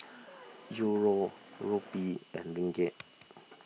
Euro Rupee and Ringgit